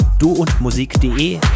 duundmusik.de